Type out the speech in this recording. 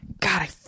God